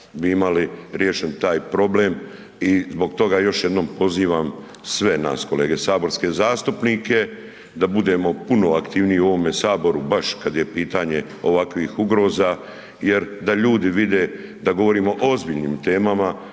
bi imali riješen taj problem, i zbog toga još jednom pozivam sve nas kolege, saborske zastupnike da budemo puno aktivniji u ovome Saboru baš kad je pitanje ovakvih ugroza jer da ljudi vide da govorimo o ozbiljnim temama,